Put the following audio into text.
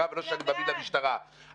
ולא שאני מאמין למשטרה -- אז בטח תצביע בעד.